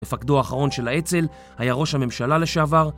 מפקדו האחרון של האצ"ל היה ראש הממשלה לשעבר